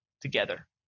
together